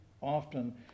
often